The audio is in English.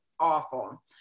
awful